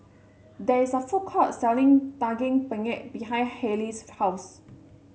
there is a food court selling Daging Penyet behind Hailee's house